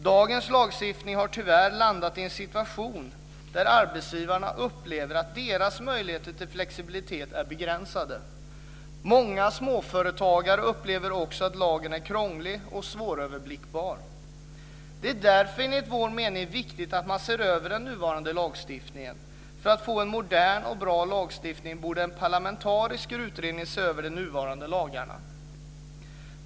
Dagens lagstiftning har tyvärr landat i en situation där arbetsgivarna upplever att deras möjligheter till flexibilitet är begränsade. Många småföretagare upplever också att lagen är krånglig och svåröverblickbar. Det är därför enligt vår mening viktigt att man ser över den nuvarande lagstiftningen. För att vi ska få en modern och bra lagstiftning borde en parlamentarisk utredning se över de nuvarande lagarna.